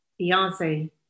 Beyonce